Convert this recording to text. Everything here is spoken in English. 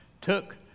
took